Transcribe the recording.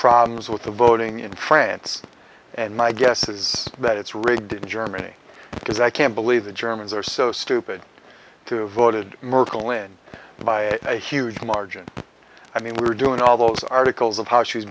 problems with the voting in france and my guess is that it's rigged in germany because i can't believe the germans are so stupid to have voted merkel in by a huge margin i mean we were doing all those articles of how she was